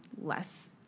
less